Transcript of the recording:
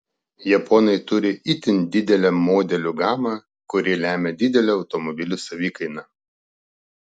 japonai turi itin didelę modelių gamą kuri lemią didelę automobilių savikainą